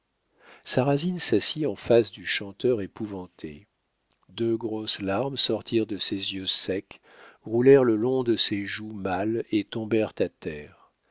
sarrasine s'assit en face du chanteur épouvanté deux grosses larmes sortirent de ses yeux secs roulèrent le long de ses joues mâles et tombèrent à terre